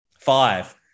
Five